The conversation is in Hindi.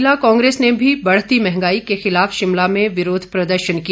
महिला कांग्रेस ने भी बढ़ती मंहगाई के खिलाफ शिमला में विरोध प्रदर्शन किया